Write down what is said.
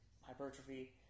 hypertrophy